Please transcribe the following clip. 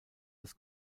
des